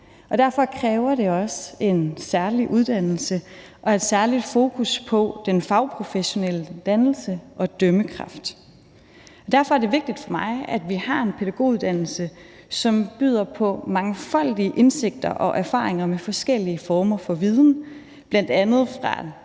Derfor kræver det også en særlig uddannelse og et særligt fokus på den fagprofessionelle dannelse og dømmekraft. Derfor er det vigtigt for mig, at vi har en pædagoguddannelse, som byder på mangfoldige indsigter og erfaringer med forskellige former for viden, bl.a. fra den